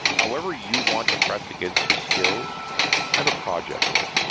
however you want to press against your skills, i have a project for you.